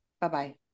Bye-bye